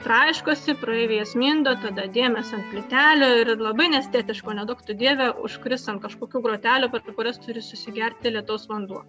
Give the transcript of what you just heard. traiškosi praeiviai jas mindo tada dėmės ant plytelių labai neestetiška o neduok dieve užkris ant kažkokių grotelių kurias turi susigerti lietaus vanduo